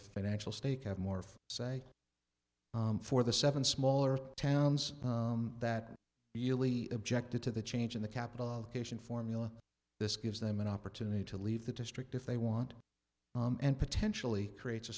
financial stake have more say for the seven smaller towns that really objected to the change in the capital allocation formula this gives them an opportunity to leave the district if they want and potentially creates a